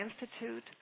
Institute